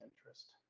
interest